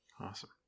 Awesome